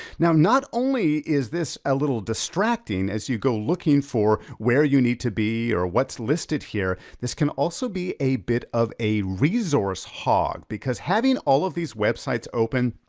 now, not only is this a little distracting, as you go looking for where you need to be, or what's listed here, this can also be a bit of a resource hog. because having all of these websites open,